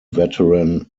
veteran